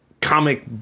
comic